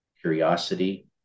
curiosity